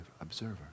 observer